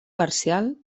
parcial